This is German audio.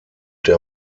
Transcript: der